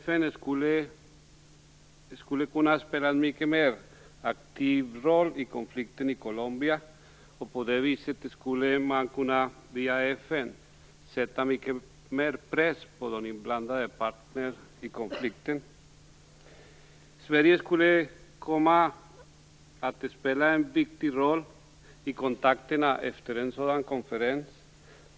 FN skulle kunna spela en mycket mer aktiv roll i konflikten i Colombia, och man skulle via FN kunna sätta mycket mer press på de inblandade parterna i konflikten. Sverige skulle komma att spela en viktig roll i kontakterna efter en sådan konferens.